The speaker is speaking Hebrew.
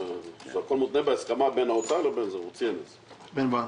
הכול מותנה בהסכמה בין האוצר לבין --- בין מה?